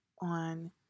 on